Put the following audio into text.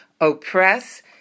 oppress